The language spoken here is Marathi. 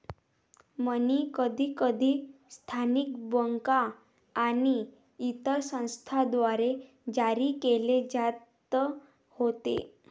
मनी कधीकधी स्थानिक बँका आणि इतर संस्थांद्वारे जारी केले जात होते